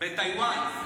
בטייוואן.